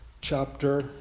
chapter